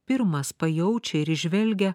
pirmas pajaučia ir įžvelgia